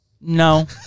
no